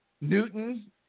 Newton